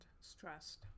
stressed